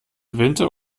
winter